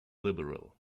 liberal